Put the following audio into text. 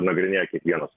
nagrinėja kiekvienas